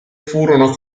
furono